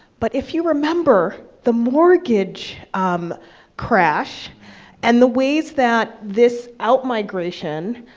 but if you remember, the mortgage crash and the ways that this outmigration